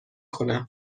کنم